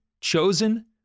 Chosen